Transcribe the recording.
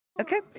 Okay